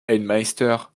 headmaster